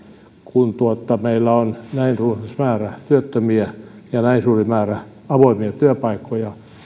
kun meillä on näin runsas määrä työttömiä ja näin suuri määrä avoimia työpaikkoja